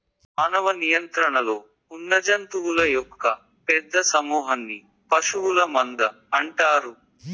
మానవ నియంత్రణలో ఉన్నజంతువుల యొక్క పెద్ద సమూహన్ని పశువుల మంద అంటారు